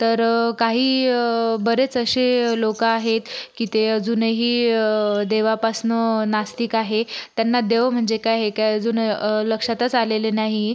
तर काही बरेच असे लोक आहेत की ते अजूनही देवापासनं नास्तिक आहे त्यांना देव म्हणजे काय हे काय अजून लक्षातच आलेलं नाही